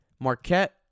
Marquette